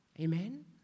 Amen